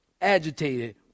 agitated